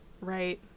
right